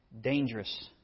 dangerous